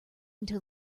until